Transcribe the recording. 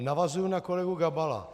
Navazuji na kolegu Gabala.